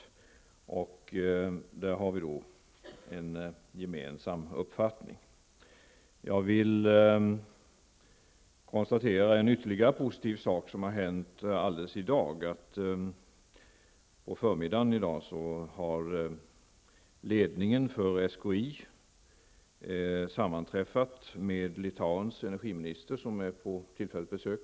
I dessa frågor har vi en gemensam uppfattning. Jag vill peka på ytterligare en positiv sak, som hänt i dag. På förmiddagen i dag sammanträffade ledningen för SKI med Litauens energiminister, som är här på ett tillfälligt besök.